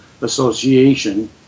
Association